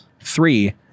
Three